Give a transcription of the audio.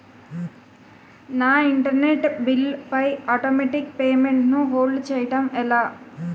నా internet bill పై automatic payment ను హోల్డ్ చేయటం ఎలా?